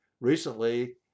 recently